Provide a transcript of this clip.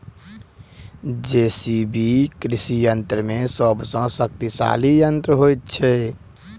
JCB कृषि यंत्र मे सभ सॅ शक्तिशाली यंत्र होइत छै